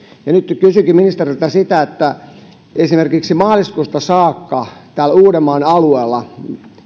nyt nyt kysynkin ministeriltä esimerkiksi maaliskuusta saakka täällä uudenmaan alueella järjestöt